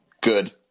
Good